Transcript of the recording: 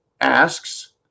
asks